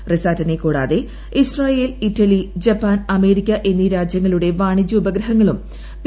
റിസാറ്റിനെ കൂടാതെ Israel Italy Japan America എന്നീ രാജ്യങ്ങളുടെ വാണിജ്യ ഉപഗ്രഹങ്ങളും പി